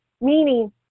meaning